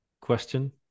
question